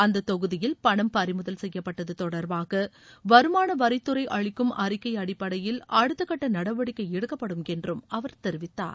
அந்த தொகுதியில் பணம் பறிமுதல் செய்யப்பட்டது தொடர்பாக வருமான வரித்துறை அளிக்கும் அறிக்கை அடிப்படையில் அடுத்தகட்ட நடவடிக்கை எடுக்கப்படும் என்றும் அவர் தெரிவித்தார்